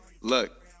look